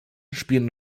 spielen